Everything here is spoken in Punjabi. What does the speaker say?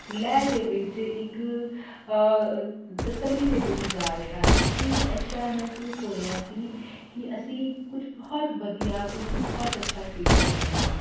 ਲੈਅ ਦੇ ਵਿੱਚ ਇੱਕ ਤਸੱਲੀ ਦੇ ਵਿੱਚ ਜਾ ਰਿਹਾ ਸੀ ਕਿ ਇਸ ਤਰ੍ਹਾਂ ਮਹਿਸੂਸ ਹੋ ਰਿਹਾ ਸੀ ਕਿ ਅਸੀਂ ਕੁਛ ਬਹੁਤ ਵਧੀਆ ਕੁਛ ਬਹੁਤ ਅੱਛਾ ਸਿੱਖ ਰਹੇ ਹਾਂ